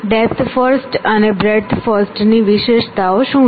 depth first અને breadth first ની વિશેષતાઓ શું છે